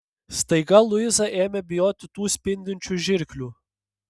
staiga luiza ėmė bijoti tų spindinčių žirklių